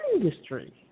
industry